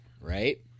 right